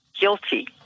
guilty